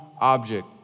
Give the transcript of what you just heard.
object